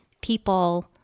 people